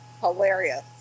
Hilarious